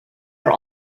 are